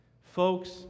Folks